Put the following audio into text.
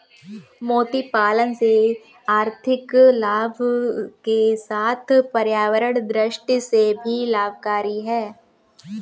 मोती पालन से आर्थिक लाभ के साथ पर्यावरण दृष्टि से भी लाभकरी है